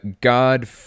god